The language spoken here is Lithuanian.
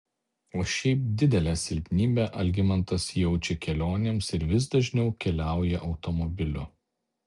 o šiaip didelę silpnybę algimantas jaučia kelionėms ir vis dažniau keliauja automobiliu